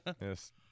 Yes